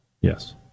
Yes